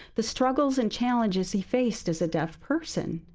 the struggles and challenges he faced as a deaf person.